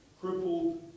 crippled